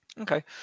Okay